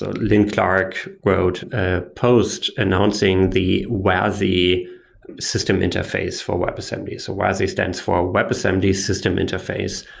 ah lin clark wrote a post announcing the wasi system interface for webassembly. so, wasi stands for webassembly system interface.